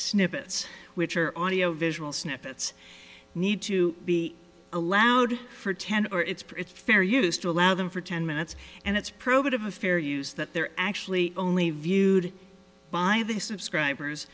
snippets which are audio visual snippets need to be allowed for ten or it's pretty fair use to allow them for ten minutes and it's probative of fair use that they're actually only viewed by the subscribers